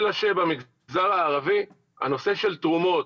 אלא שבמגזר הערבי הנושא של תרומות,